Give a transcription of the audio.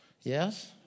Yes